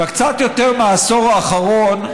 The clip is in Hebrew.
קצת יותר מהעשור האחרון,